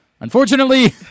Unfortunately